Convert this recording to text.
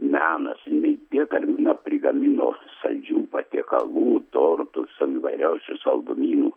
menas jinai tiek armina prigamino saldžių patiekalų tortų su įvairiausių saldumynų